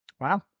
Wow